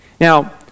Now